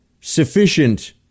sufficient